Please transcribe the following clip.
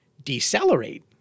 decelerate